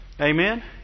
Amen